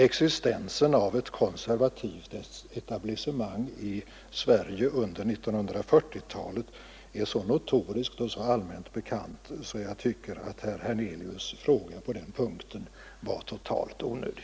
Existensen av ett konservativt etablissemang i Sverige under 1940-talet är så notorisk och så allmänt bekant att jag tycker att herr Hernelius' fråga på den punkten var totalt onödig.